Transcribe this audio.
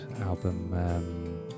album